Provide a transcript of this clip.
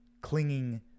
clinging